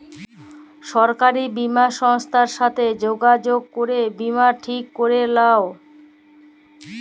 সরকারি বীমা সংস্থার সাথে যগাযগ করে বীমা ঠিক ক্যরে লাও